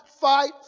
fight